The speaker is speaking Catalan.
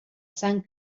sant